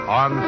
on